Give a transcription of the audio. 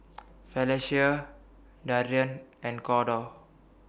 Felecia Darian and Corda